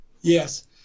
Yes